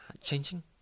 changing